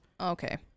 Okay